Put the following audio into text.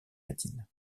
latine